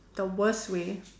the worst way